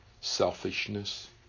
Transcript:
selfishness